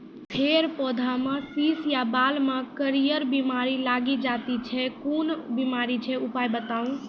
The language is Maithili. फेर पौधामें शीश या बाल मे करियर बिमारी लागि जाति छै कून बिमारी छियै, उपाय बताऊ?